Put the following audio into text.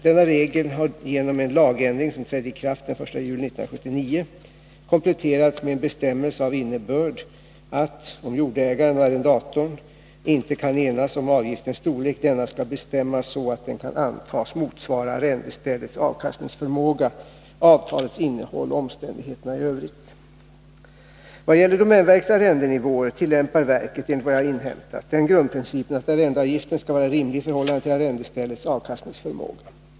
Denna regel har genom en lagändring som trädde i kraft den 1 juli 1979 kompletterats med en bestämmelse av innebörd att, om jordägaren och arrendatorn inte kan enas om avgiftens storlek, denna skall bestämmas så att den kan antas motsvara arrendeställets avkastningsförmåga, avtalets innehåll och omständigheterna i övrigt. Vad gäller domänverkets arrendenivåer tillämpar verket, enligt vad jag inhämtat, den grundprincipen att arrendeavgiften skall vara rimlig i förhållande till arrendeställets avkastningsförmåga.